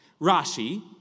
Rashi